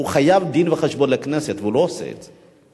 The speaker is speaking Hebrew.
חייב דין-וחשבון לכנסת, והוא לא עושה את זה.